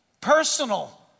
personal